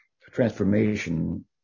transformation